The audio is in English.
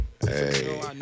Hey